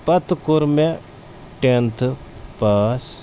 پَتہٕ کوٚر مےٚ ٹٮ۪نتھ پاس